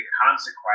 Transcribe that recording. consequence